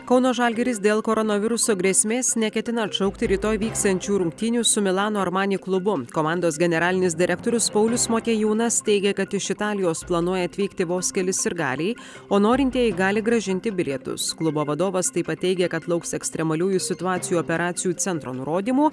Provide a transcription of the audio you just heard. kauno žalgiris dėl koronaviruso grėsmės neketina atšaukti rytoj vyksiančių rungtynių su milano armani klubu komandos generalinis direktorius paulius motiejūnas teigia kad iš italijos planuoja atvykti vos keli sirgaliai o norintieji gali grąžinti bilietus klubo vadovas taip pat teigė kad lauks ekstremaliųjų situacijų operacijų centro nurodymų